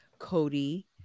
Cody